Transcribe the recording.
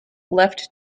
left